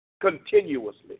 continuously